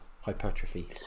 hypertrophy